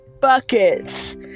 buckets